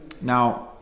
now